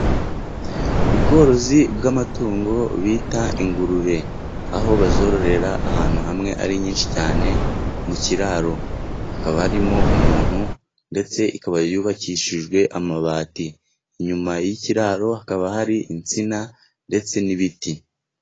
Ubworozi bw'amatungo bita ingurube. Aho bazororera ahantu hamwe ari nyinshi cyane, mu kiraro. Hakaba harimo umuntu, ndetse ikaba yubakishijwe amabati. Inyuma y'ikiraro hakaba hari insina, ndetse n'ibiti.